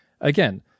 Again